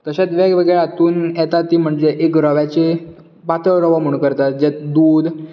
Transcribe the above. तशेंच वेगळेवगळे हातूंत येता ती म्हणजे एक रव्याची पातळ रवो म्हणून करतात जें दूद